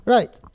Right